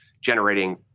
generating